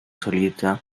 solista